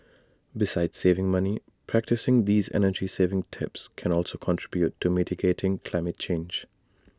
besides saving money practising these energy saving tips can also contribute towards mitigating climate change